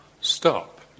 stop